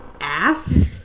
ass